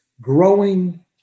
growing